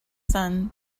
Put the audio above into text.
son